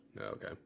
Okay